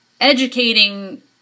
educating